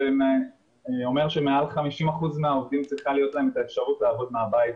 שאומר שמעל 50% מהעובדים צריכה להיות להם אפשרות לעבוד מהבית,